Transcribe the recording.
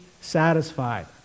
satisfied